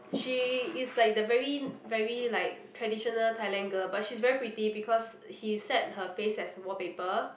she is like the very very like traditional Thailand girl but she is very pretty because he set her face as wall paper